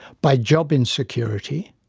by job insecurity,